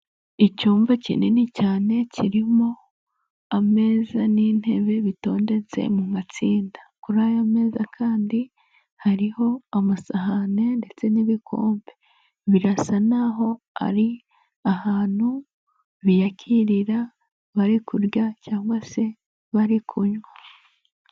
Icyumba kinini cyane kirimo ameza n'intebe bitondetse mu matsinda, kuri ayo meza kandi hariho amasahani ndetse n'ibikombe, birasa naho ari ahantu biyakirira bari kurya cyangwa se bari kunywa.